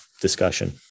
discussion